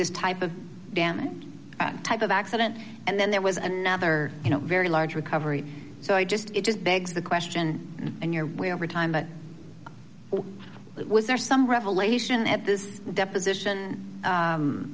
this type of damage type of accident and then there was any other you know very large recovery so i just it just begs the question and you're way over time that it was there some revelation at this deposition